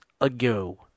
ago